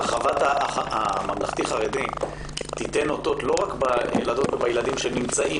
הרחבת הממלכתי-חרדי תיתן אותות לא רק בילדות ובילדים שנמצאים